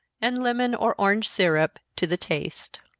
and lemon or orange syrup to the taste.